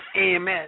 AMS